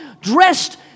dressed